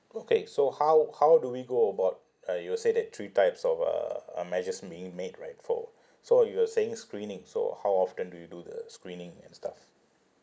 okay so how how do we go about uh you were say there're three types of uh uh measures being made right for so you were saying screening so how often do you do the screening and stuff